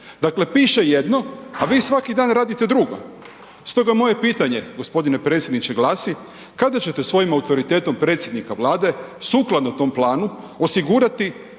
Dakle, piše jedno, a vi svaki dan radite drugo. Stoga moje pitanje, g. predsjedniče glasi, kada ćete svojim autoritetom predsjednika Vlade sukladno tom planu osigurati